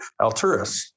Alturas